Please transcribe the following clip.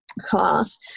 class